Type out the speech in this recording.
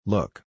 Look